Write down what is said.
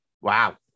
Wow